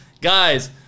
guys